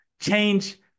change